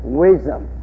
wisdom